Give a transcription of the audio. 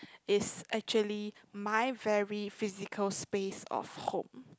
is actually my very physical space of home